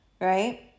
right